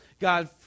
God